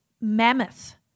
mammoth